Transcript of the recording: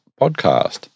podcast